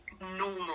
normal